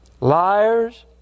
Liars